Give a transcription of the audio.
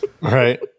right